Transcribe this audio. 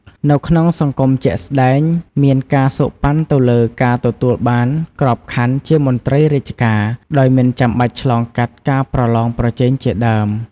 នៅក្នុងសង្គមជាក់ស្តែង មានការសូកប៉ាន់ទៅលើ ការទទួលបានក្របខ័ណ្ឌជាមន្រ្តីរាជការដោយមិនចាំបាច់ឆ្លងកាត់ការប្រឡងប្រជែងជាដើម។